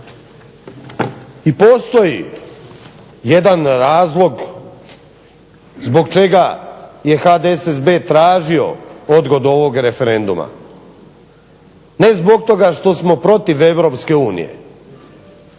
I postoji jedan razlog zbog čega je HDSSB-a tražio odgodu ovog referenduma. Ne zbog toga što smo protiv